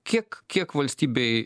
kiek kiek valstybei